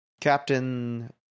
Captain